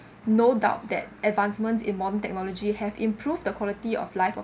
no doubt that advancements in modern technology have improved the quality of life of